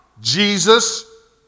Jesus